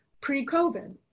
pre-COVID